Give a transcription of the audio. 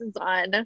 on